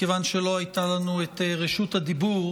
מכיוון שלא הייתה לנו רשות הדיבור